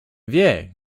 wie